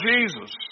Jesus